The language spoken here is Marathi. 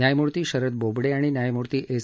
न्यायमूर्ती शरद बोबडे आणि न्यायमूर्ती एस